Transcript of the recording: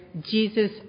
Jesus